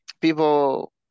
people